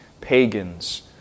pagans